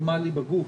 פורמאלי בגוף.